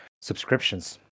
subscriptions